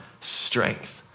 strength